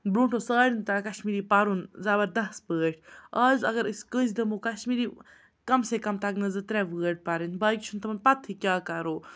برٛونٛٹھ اوس سارنی تاگان کَشمیری پَرُن زَبَردَست پٲٹھۍ آز اگر أسۍ کٲنٛسہِ دِمو کَشمیٖری کَم سے کَم تَگنَس زٕ ترٛےٚ وٲڈ پَرٕنۍ باقٕے چھُنہٕ تِمَن پَتہٕ ہٕے کیٛاہ کَرو